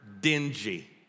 dingy